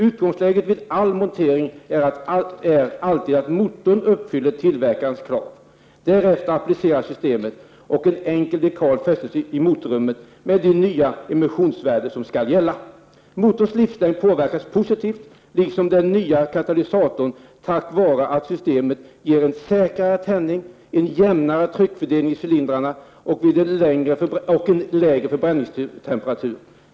Utgångsläget vid all montering är att motorn uppfyller tillverkarens krav. Därefter appliceras systemet och en dekal fästes i motorrummet med de nya emissionsvärden som skall gälla. Motorns livslängd påverkas positivt liksom den nya katalysatorn tack vare att systemet ger en säkrare tändning och en jämnare tryckfördelning i cylindrarna vid en lägre förbränningstemperatur.